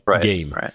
game